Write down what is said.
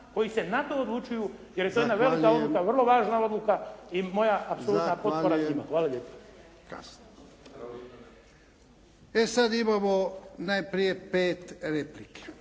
koji se na to odlučuju, jer je to jedna velika odluka, vrlo važna odluka i moja apsolutna potpora njima. Hvala lijepo. **Jarnjak,